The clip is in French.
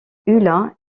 ulla